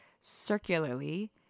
circularly